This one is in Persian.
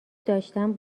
داشتم